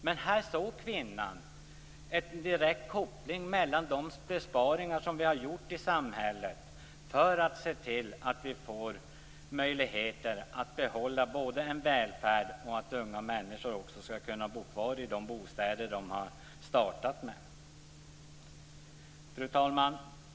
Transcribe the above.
Men här såg kvinnan en direkt koppling till de besparingar som vi har gjort i samhället, både för att få möjligheter att behålla välfärden och för att unga människor skall kunna bo kvar i de bostäder de har startat med. Fru talman!